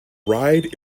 ride